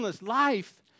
life